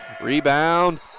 Rebound